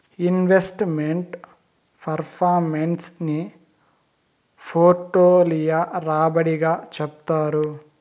invest meant performance ని portfolio రాబడి గా చెప్తారు